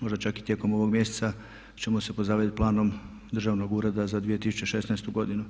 možda čak i tijekom ovog mjeseca ćemo se pozabaviti Planom Državnog ureda za 2016. godinu.